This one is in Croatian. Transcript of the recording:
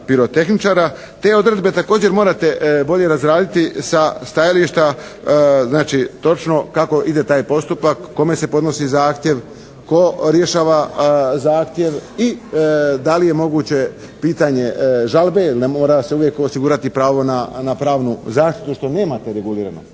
Te odredbe također morate bolje razraditi sa stajališta znači, točno kako ide taj postupak, kome se podnosi zahtjev, tko rješava zahtjev i da li je moguće pitanje žalbe? Jer ne mora se uvijek osigurati pravo na pravnu zaštitu, što nemate regulirano.